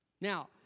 Now